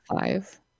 five